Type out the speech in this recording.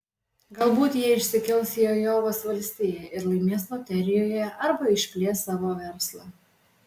galbūt jie išsikels į ajovos valstiją ir laimės loterijoje arba išplės savo verslą